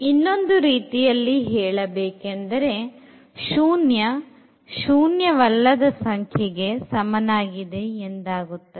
ಇನ್ನೊಂದು ರೀತಿಯಲ್ಲಿ ಹೇಳಬೇಕೆಂದರೆ ಶೂನ್ಯ ಶೂನ್ಯವಲ್ಲದ ಸಂಖ್ಯೆಗೆ ಸಮನಾಗಿದೆ ಎಂದಾಗುತ್ತದೆ